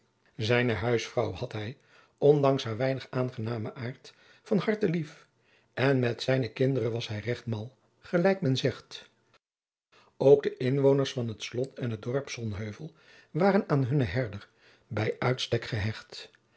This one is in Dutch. zijne huisvrouw had hij ondanks haar weinig aangenamen aart van harte lief en met zijne kinderen was hij recht mal gelijk men zegt jacob van lennep de pleegzoon ook de inwoners van het slot en het dorp sonheuvel waren aan hunnen herder bij uitstek gehecht